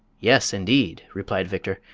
yes, indeed, replied victor.